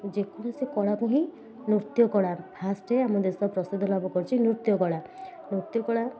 ଯେକୌଣସି କଳା ନୁହେଁ ନୃତ୍ୟ କଳା ଫାଷ୍ଟ ଆମ ଦେଶ ପ୍ରସିଦ୍ଧ ଲାଭ କରିଛି ନୃତ୍ୟ କଳା ନୃତ୍ୟ କଳା